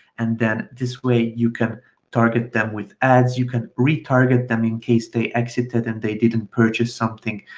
and then this way you can target them with ads. you can retarget them in case they exited and they didn't purchase something.